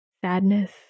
sadness